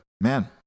man